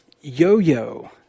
Yo-Yo